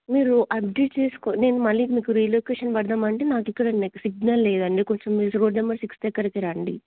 మీరు అప్డేట్ చేసుకో నేను మళ్ళీ మీకు రీలొకేషన్ పెడదాం అంటే నాకు ఇక్కడ నెట్ సిగ్నల్ లేదండి కొంచెం మీరు రోడ్ నెంబర్ సిక్స్ దగ్గరికి రండి